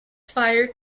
fire